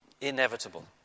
Inevitable